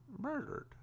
murdered